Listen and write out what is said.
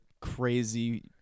Crazy